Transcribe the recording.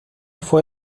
fue